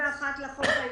לחוק העיקרי,